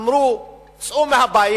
אמרו: צאו מהבית,